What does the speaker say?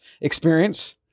experience